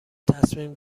تصمیم